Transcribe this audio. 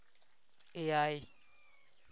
ᱮᱭᱟᱭ